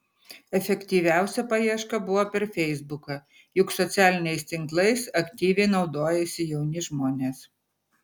efektyviausia paieška buvo per feisbuką juk socialiniais tinklais aktyviai naudojasi jauni žmonės